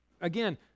again